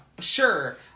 Sure